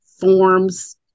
forms